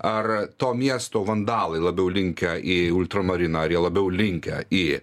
ar to miesto vandalai labiau linkę į ultramariną ar jie labiau linkę į